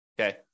Okay